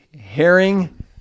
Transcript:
Herring